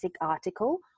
article